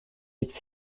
its